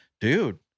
dude